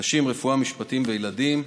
נשים, רפואה משפטית וילדים.